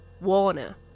Warner